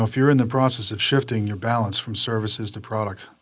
if you're in the process of shifting your balance from services to product,